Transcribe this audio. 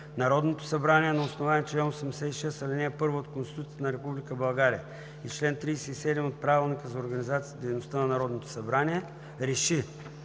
Народното събрание на основание чл. 86, ал. 1 от Конституцията на Република България и чл. 37 от Правилника за организацията и дейността на Народното събрание РЕШИ: